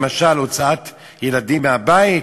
למשל הוצאות ילדים מהבית,